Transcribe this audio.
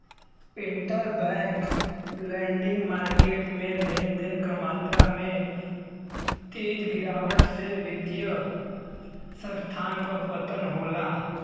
interbank lending market में लेन देन क मात्रा में तेज गिरावट से वित्तीय संस्थान क पतन होला